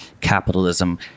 capitalism